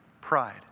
pride